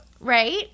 Right